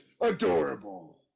adorable